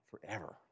forever